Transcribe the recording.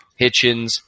Hitchens